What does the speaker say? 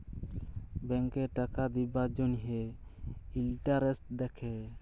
ব্যাংকে টাকা দিবার জ্যনহে ইলটারেস্ট দ্যাখে